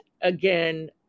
again